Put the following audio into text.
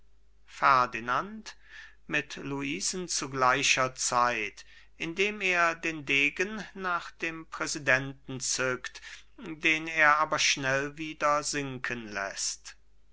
ferdinand mit luisen zu gleicher zeit indem er den degen nach dem präsidenten zückt den er aber schnell wieder sinken läßt